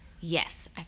Yes